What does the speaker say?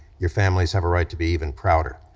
your families have a right to be even prouder.